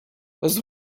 was